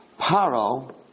paro